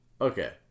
Okay